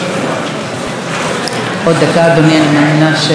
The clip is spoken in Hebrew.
עוד דקה, אדוני, אני מאמינה שהאורחים שלנו יצאו.